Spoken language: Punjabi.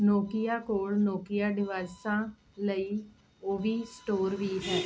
ਨੋਕੀਆ ਕੋਲ ਨੋਕੀਆ ਡਿਵਾਈਸਾਂ ਲਈ ਓਵੀ ਸਟੋਰ ਵੀ ਹੈ